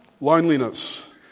loneliness